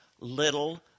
little